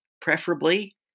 preferably